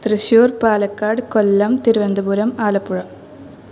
Thrissur Palakkad Kollam Thiruvananthapuram Alappuzha